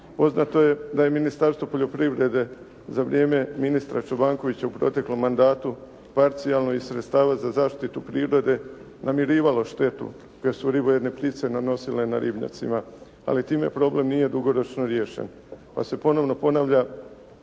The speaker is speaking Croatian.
Poznato je da je Ministarstvo poljoprivrede za vrijeme ministra Čobankovića u proteklom mandatu parcijalno iz sredstava za zaštitu prirode namirivalo štetu jer su ribojedne ptice nanosile na ribnjacima, ali time problem nije dugoročno riješen. Pa se ponovno ponavljaju